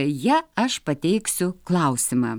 ja aš pateiksiu klausimą